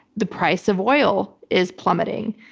the price of oil is plummeting.